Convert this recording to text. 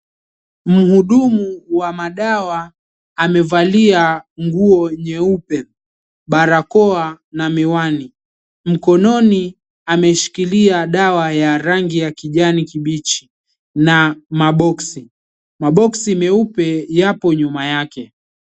Mhudumu wa madawa amevalia nguo nyeupe, barakoa na miwani. Mkononi ameshikilia dawa ya rangi ya kijani kibichi na maboksi. Maboksi meupe yapo nyuma yake.